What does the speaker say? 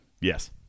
Yes